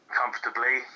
comfortably